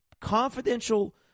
confidential